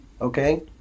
Okay